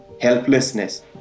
helplessness